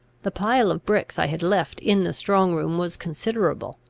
the pile of bricks i had left in the strong room was considerable.